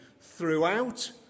throughout